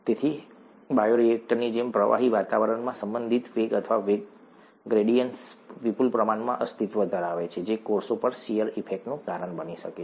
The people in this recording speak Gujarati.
તેથી બાયોરિએક્ટરની જેમ પ્રવાહી વાતાવરણમાં સંબંધિત વેગ અથવા વેગ ગ્રેડિએન્ટ્સ વિપુલ પ્રમાણમાં અસ્તિત્વ ધરાવે છે જે કોષો પર શીયર ઇફેક્ટનું કારણ બની શકે છે